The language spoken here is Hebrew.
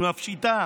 היא מפשיטה